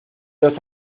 los